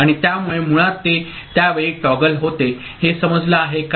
आणि त्यामुळे मुळात ते त्या वेळी टॉगल होते हे समजलं आहे का